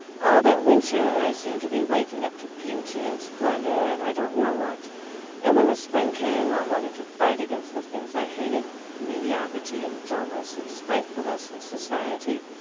all that winter i seemed to be waking up to beauty and splendour and i don't know what and when the spring came, i wanted to fight against the things i hated mediocrity and dulness and spitefulness and society.